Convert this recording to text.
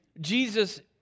Jesus